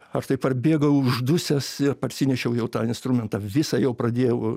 aš taip parbėgau uždusęs ir parsinešiau jau tą instrumentą visą jau pradėjau